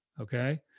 Okay